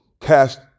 cast